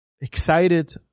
excited